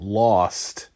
lost